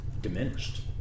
diminished